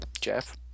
Jeff